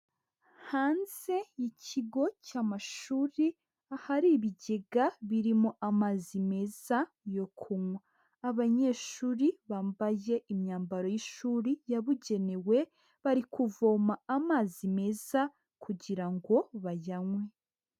Hanze y'ikigo cy'amashuri ahari ibigega birimo amazi meza yo kunywa, abanyeshuri bambaye imyambaro y'ishuri yabugenewe bari kuvoma amazi meza kugira ngo bayanywe.